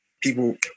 people